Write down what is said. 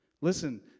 Listen